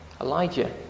Elijah